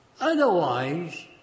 Otherwise